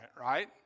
right